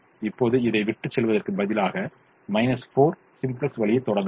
இப்போது இதை விட்டுச் செல்வதற்குப் பதிலாக 40 சிம்ப்ளக்ஸ் வழியைத் தொடங்கலாம்